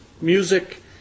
music